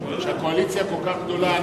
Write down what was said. כשהקואליציה כל כך גדולה,